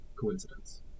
coincidence